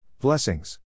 Blessings